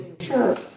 Sure